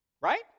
Right